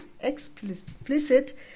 explicit